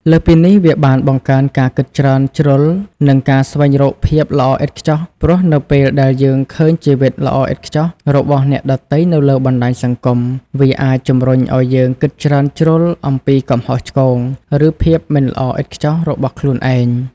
លើសពីនេះវាបានបង្កើនការគិតច្រើនជ្រុលនិងការស្វែងរកភាពល្អឥតខ្ចោះ ព្រោះនៅពេលដែលយើងឃើញជីវិត"ល្អឥតខ្ចោះ"របស់អ្នកដទៃនៅលើបណ្ដាញសង្គម វាអាចជំរុញឱ្យយើងគិតច្រើនជ្រុលអំពីកំហុសឆ្គង ឬភាពមិនល្អឥតខ្ចោះរបស់ខ្លួនឯង។